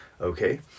okay